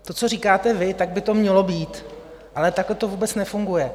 To, co říkáte vy, tak by to mělo být, ale takhle to vůbec nefunguje.